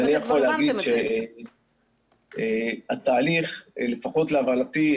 אז אני יכול להגיד שהתהליך לפחות להבנתי,